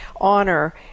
honor